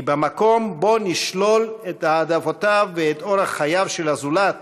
כי במקום שבו נשלול את העדפותיו ואת אורח חייו של הזולת,